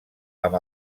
amb